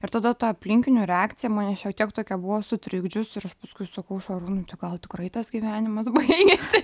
ir tada ta aplinkinių reakcija mane šiek tiek tokia buvo sutrikdžius ir aš paskui sakau šarūnui gal tikrai tas gyvenimas baigėsi